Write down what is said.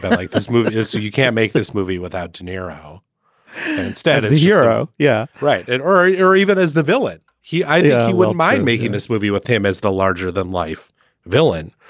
but like this movie is. so you can't make this movie without deniro instead of the hero. yeah, right. and or ah or even as the villain he idea. well, mind making this movie with him as the larger than life villain.